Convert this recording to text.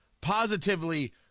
positively